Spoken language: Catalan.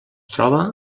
troba